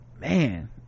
man